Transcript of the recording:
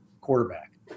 quarterback